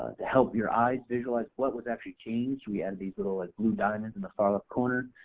um to help your eyes visualize what was actually changed, we added these little blue diamonds in the far left corner.